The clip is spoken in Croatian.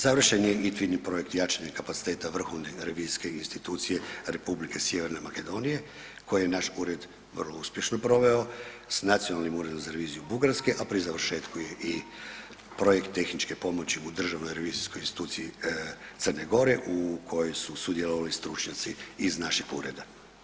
Završen je ... projekt jačanja kapaciteta Vrhovne revizijske institucije R. Sjeverne Makedonije koji naš ured vrlo uspješno proveo, s Nacionalnim uredom za reviziju Bugarske, a pri završetku je i projekt tehničke pomoći u Državnoj revizijskoj instituciji Crne Gore u kojoj su sudjelovali stručnjaci iz naših ureda.